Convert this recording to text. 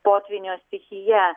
potvynio stichija